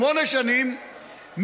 שמונה שנים,